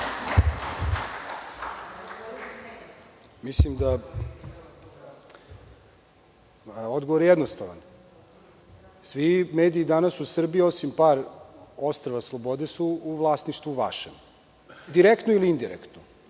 Mislim da je odgovor jednostavan. Svi mediji danas u Srbiji, osim par ostrva slobode su u vašem vlasništvu, direktno ili indirektno.